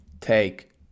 take